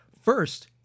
first